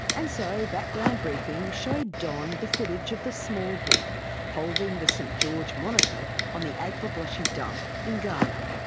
and so background briefing showed don the footage of the small boy holding the st george monitor on the agbogbloshie dump in ghana.